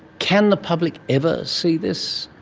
can the public ever see this?